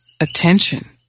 attention